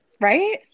Right